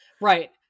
Right